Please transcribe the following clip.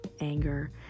anger